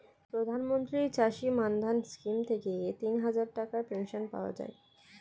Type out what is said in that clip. প্রধানমন্ত্রী চাষী মান্ধান স্কিম থেকে তিনহাজার টাকার পেনশন পাওয়া যায়